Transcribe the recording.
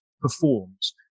performs